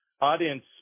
audience